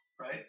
right